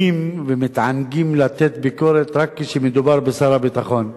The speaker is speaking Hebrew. ומתענגים לתת ביקורת רק כשמדובר בשר הביטחון,